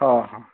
हां हां